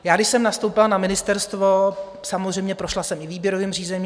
Když jsem nastoupila na ministerstvo, samozřejmě, prošla jsem i výběrovým řízením.